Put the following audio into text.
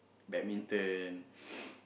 badminton